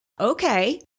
okay